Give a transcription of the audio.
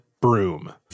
broom